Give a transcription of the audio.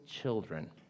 children